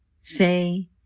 Say